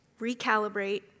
recalibrate